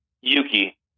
Yuki